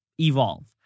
evolve